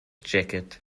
jacket